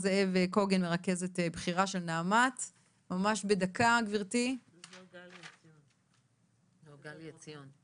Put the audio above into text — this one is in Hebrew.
אז גלי עציון,